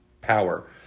power